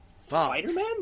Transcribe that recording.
Spider-Man